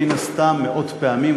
מן הסתם מאות פעמים,